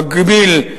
במקביל,